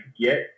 get